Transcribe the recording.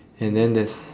and then there's